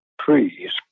Trees